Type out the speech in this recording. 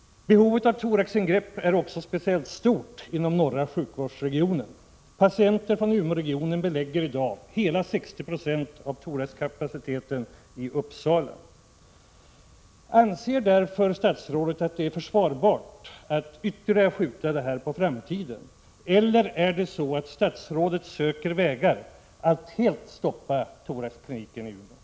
Behovet av thoraxingrepp är också speciellt stort inom den norra sjukvårdsregionen. Patienter från Umeå-regionen belägger i dag hela 60 96 av thoraxkapaciteten i Uppsala. Anser statsrådet att det är försvarbart att ytterligare skjuta beslutet på framtiden? Eller är det så att statsrådet söker vägar att helt stoppa thoraxkliniken i Umeå?